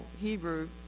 Hebrew